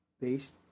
based